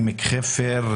עמק חפר.